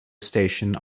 station